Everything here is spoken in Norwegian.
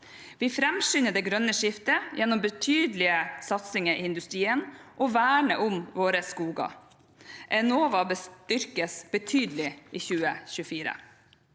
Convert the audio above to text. Vi framskynder det grønne skiftet gjennom betydelige satsinger i industrien og verner om våre skoger. Enova styrkes betydelig i 2024.